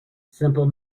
simple